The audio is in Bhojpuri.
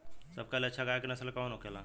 सबका ले अच्छा गाय के नस्ल कवन होखेला?